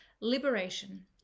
liberation